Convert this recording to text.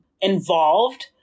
involved